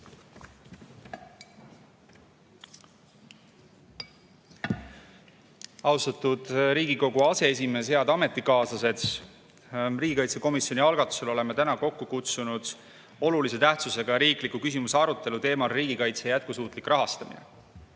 Austatud Riigikogu aseesimees! Head ametikaaslased! Riigikaitsekomisjoni algatusel oleme täna kokku kutsunud olulise tähtsusega riikliku küsimuse arutelu teemal "Riigikaitse jätkusuutlik rahastamine".